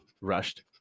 rushed